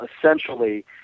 essentially